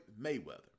Mayweather